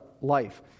life